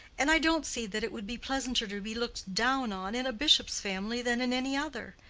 and i don't see that it would be pleasanter to be looked down on in a bishop's family than in any other.